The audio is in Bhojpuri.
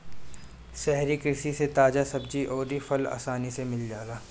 शहरी कृषि से ताजा सब्जी अउर फल आसानी से मिल जाला